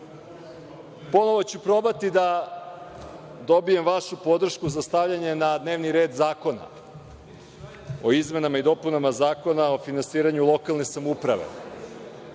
ponovo ću probati da dobijem vašu podršku za stavljanje na dnevni red Zakona o izmenama i dopunama Zakona o finansiranju lokalne samouprave.